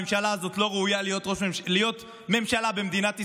הממשלה הזאת לא ראויה להיות ממשלה במדינת ישראל.